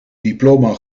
diploma